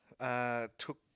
took